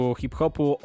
hip-hopu